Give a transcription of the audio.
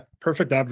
Perfect